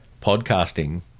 podcasting